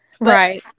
Right